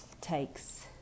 takes